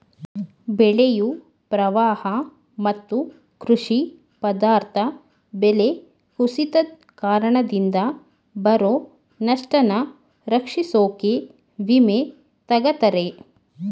ಬೆಳೆಯು ಪ್ರವಾಹ ಮತ್ತು ಕೃಷಿ ಪದಾರ್ಥ ಬೆಲೆ ಕುಸಿತದ್ ಕಾರಣದಿಂದ ಬರೊ ನಷ್ಟನ ರಕ್ಷಿಸೋಕೆ ವಿಮೆ ತಗತರೆ